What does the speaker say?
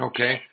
Okay